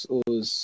os